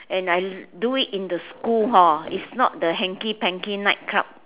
and I do it in the school hor it's not the hanky panky nightclub